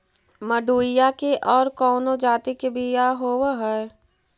मडूया के और कौनो जाति के बियाह होव हैं?